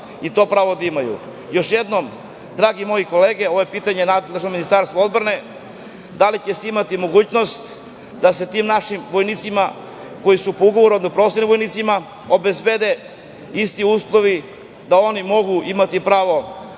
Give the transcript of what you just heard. na to imaju pravo. Još jednom, drage moje kolege, ovo je pitanje nadležnom Ministarstvu odbrane, da li će se imati mogućnost da se tim našim vojnicima koji su po ugovoru, odnosno profesionalnim vojnicima obezbede isti uslovi da oni mogu imati pravo